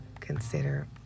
consider